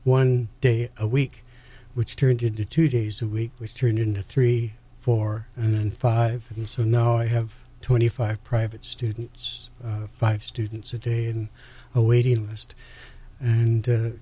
one day a week which turned into two days a week which turned into three four and five he said no i have twenty five private students five students a day in a waiting list and